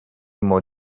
more